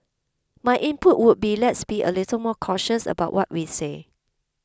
my input would be let's be a little more cautious about what we say